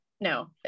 No